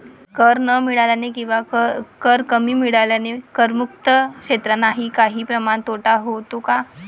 कर न मिळाल्याने किंवा कर कमी मिळाल्याने करमुक्त क्षेत्रांनाही काही प्रमाणात तोटा होतो का?